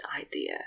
idea